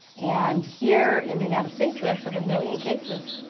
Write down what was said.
and here in the united states we actually have a million cases,